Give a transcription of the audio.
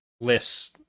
lists